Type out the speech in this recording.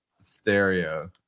Stereo